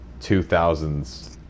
2000s